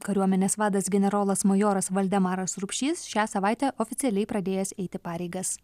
kariuomenės vadas generolas majoras valdemaras rupšys šią savaitę oficialiai pradėjęs eiti pareigas